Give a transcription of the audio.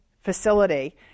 facility